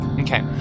Okay